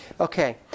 Okay